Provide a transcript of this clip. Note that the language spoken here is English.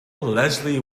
leslie